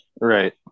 Right